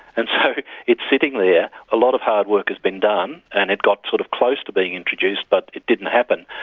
and so it's sitting there, a lot of hard work has been done, and it got sort of close to being introduced, but it didn't happen.